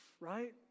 right